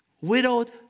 Widowed